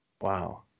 Wow